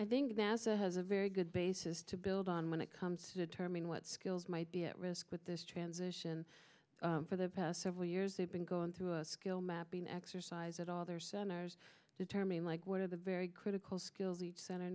i think nasa has a very good basis to build on when it comes to determine what skills might be at risk with this transition for the past several years they've been going through a skill mapping exercise that all their centers determine like what are the very critical skills the center